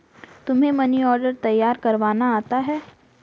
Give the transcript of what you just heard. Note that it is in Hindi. तुम्हें मनी ऑर्डर तैयार करवाना आता है?